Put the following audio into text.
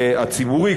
הציבורי,